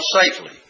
safely